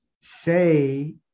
say